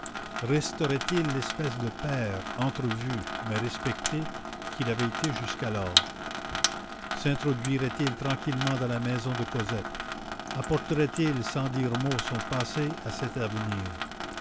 resterait-il l'espèce de père entrevu mais respecté qu'il avait été jusqu'alors sintroduirait il tranquillement dans la maison de cosette apporterait il sans dire mot son passé à cet